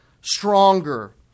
stronger